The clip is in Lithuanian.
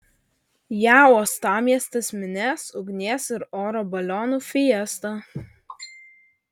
ją uostamiestis minės ugnies ir oro balionų fiesta